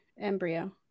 embryo